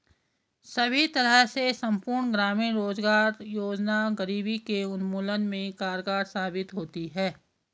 सभी तरह से संपूर्ण ग्रामीण रोजगार योजना गरीबी के उन्मूलन में कारगर साबित होती है